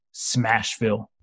Smashville